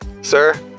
sir